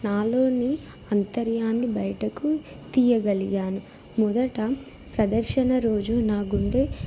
నాలోని అంతర్యాన్ని బయటకు తీయగలిగాను మొదట ప్రదర్శన రోజు నా గుండే